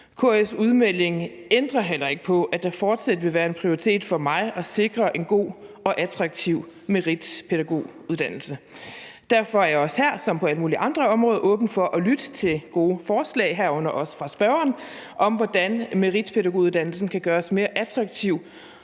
KL's udmelding ændrer heller ikke på, at det fortsat vil være en prioritet for mig at sikre en god og attraktiv meritpædagoguddannelse. Derfor er jeg også her som på alle mulige andre områder åben over for at lytte til gode forslag, herunder også fra spørgeren, om, hvordan meritpædagoguddannelsen kan gøres mere attraktiv